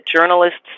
journalists